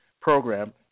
program